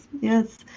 yes